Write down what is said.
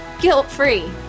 guilt-free